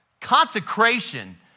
Consecration